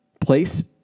place